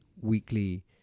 weekly